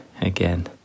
again